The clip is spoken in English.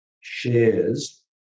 shares